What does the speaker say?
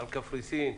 על קפריסין,